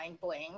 Bling